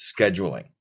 scheduling